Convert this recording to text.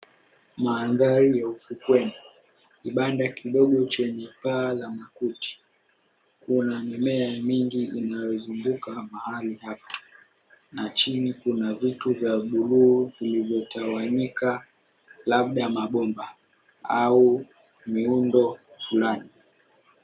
Mandhari ya ufukweni kibanda kidogo chenye paa la makuti. Kuna mimea mingi inayozunguka mahali hapa, na chini kuna vitu vya buluu vilivyotawanyika, labda mabomba au muundo fulani.